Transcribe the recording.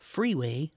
Freeway